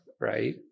right